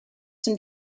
some